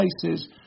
places